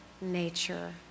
nature